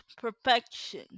perfection